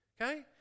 okay